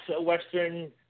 Western